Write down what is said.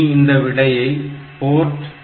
இனி இந்த விடையை போர்ட் 2